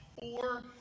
four